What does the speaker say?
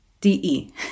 De